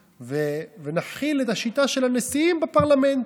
ונחיל את השיטה של הנשיאים בפרלמנט.